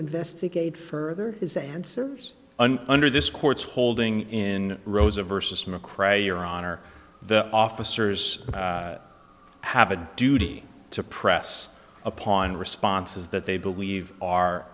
investigate further his answers and under this court's holding in rosa versus mcrae your honor the officers have a duty to press upon responses that they believe are